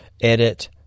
edit